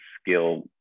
skill